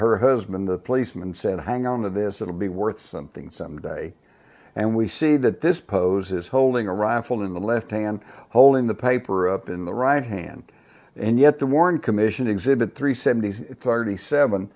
her husband the policeman said hang on to this it will be worth something someday and we see that this pose is holding a rifle in the left hand holding the paper up in the right hand and yet the warren commission exhibit three seventy's tardy seven